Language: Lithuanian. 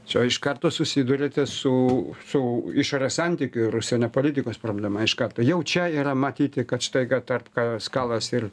čia iš karto susiduriate su su išorės santykių ir užsienio politikos problema iš karto jau čia yra matyti kad staiga tarp kajos kalas ir